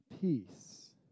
peace